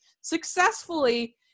successfully